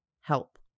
help